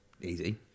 easy